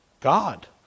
God